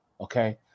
okay